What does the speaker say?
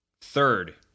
Third